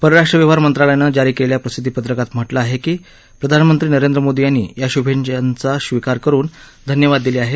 परराष्ट्र व्यवहार मंत्रालयानं जारी केलेल्या प्रसिद्धी पत्रकात म्हटलं आहे की प्रधानमंत्री नरेंद्र मोदी यांनी या शुभेच्छांचा स्वीकार करुन धन्यवाद दिले आहेत